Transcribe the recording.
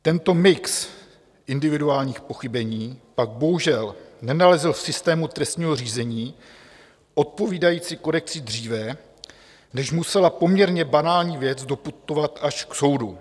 Tento mix individuálních pochybení pak bohužel nenalezl v systému trestního řízení odpovídající korekci dříve, než musela poměrně banální věc doputovat až k soudu.